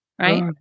right